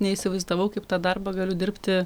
neįsivaizdavau kaip tą darbą galiu dirbti